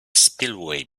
spillway